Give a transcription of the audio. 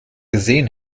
gesehen